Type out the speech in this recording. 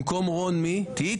במקום רון, מי?